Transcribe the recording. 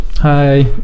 hi